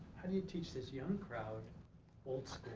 how do you teach this young crowd old